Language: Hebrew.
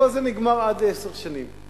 כל זה נגמר לפני עשר שנים.